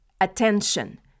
attention